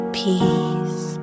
peace